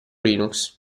linux